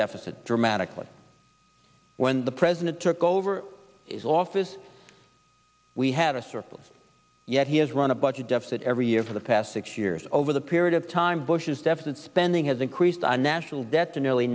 deficit dramatically when the president took over his office we had a surplus yet he has run a budget deficit every year for the past six years over the period of time bush's deficit spending has increased our national debt to nearly